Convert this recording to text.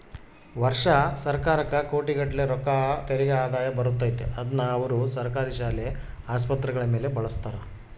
ವರ್ಷಾ ಸರ್ಕಾರಕ್ಕ ಕೋಟಿಗಟ್ಟಲೆ ರೊಕ್ಕ ತೆರಿಗೆ ಆದಾಯ ಬರುತ್ತತೆ, ಅದ್ನ ಅವರು ಸರ್ಕಾರಿ ಶಾಲೆ, ಆಸ್ಪತ್ರೆಗಳ ಮೇಲೆ ಬಳಸ್ತಾರ